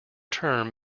term